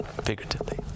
figuratively